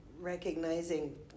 recognizing